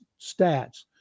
stats